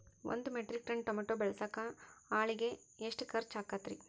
ಒಂದು metric ton tomato ಬೆಳಸಾಕ್ ಆಳಿಗೆ ಎಷ್ಟು ಖರ್ಚ್ ಆಕ್ಕೇತ್ರಿ?